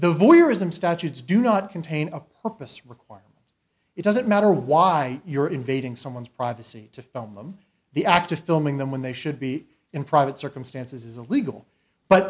the voyeurism statutes do not contain a purpose required it doesn't matter why you're invading someone's privacy to film them the act of filming them when they should be in private circumstances is illegal but